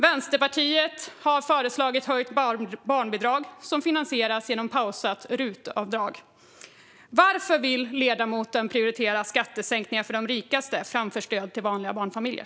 Vänsterpartiet har föreslagit ett höjt barnbidrag, vilket skulle finansieras genom pausat rutavdrag. Varför vill ledamoten prioritera skattesänkningar för de rikaste framför stöd till vanliga barnfamiljer?